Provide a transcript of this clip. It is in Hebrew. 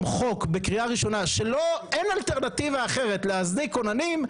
חוק בקריאה ראשונה שאין אלטרנטיבה אחרת להזניק כוננים,